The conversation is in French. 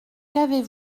qu’avez